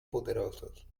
poderosos